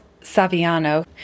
Saviano